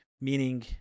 meaning